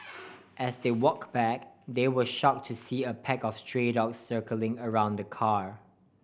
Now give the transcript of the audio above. as they walk back they were shock to see a pack of stray dogs circling around the car